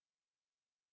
hello